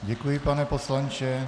Děkuji, pane poslanče.